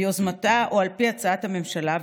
ביוזמתה או על פי הצעת הממשלה,